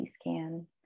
scan